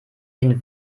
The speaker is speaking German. den